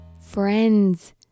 Friends